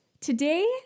Today